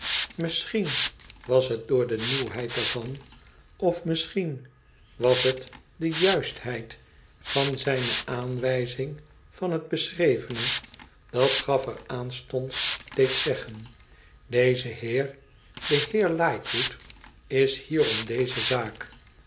misschien was het door de bieawheid er van of misschien was het de juistheid van zijne aanwijzing van het beschrevene dat gaffer aanstonds deed zeggen ideze heer de heer liehtwood is hier om deze zaak